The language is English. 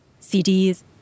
CDs